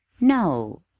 no,